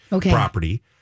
property